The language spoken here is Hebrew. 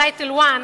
Title 9,